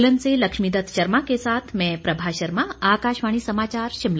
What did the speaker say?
सोलन से लक्ष्मीदत्त शर्मा के साथ मैं प्रभा शर्मा आकाशवाणी समाचार शिमला